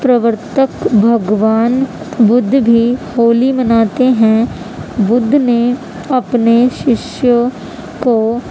پرورتک بگھوان بدھ بھی ہولی مناتے ہیں بدھ نے اپنے ششیوں کو